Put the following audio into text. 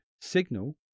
Signal